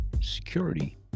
security